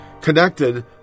connected